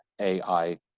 AI